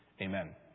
Amen